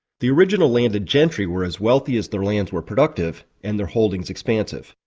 the original landed gentry were as wealthy as their lands were productive and their holdings expansive.